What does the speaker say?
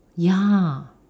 ya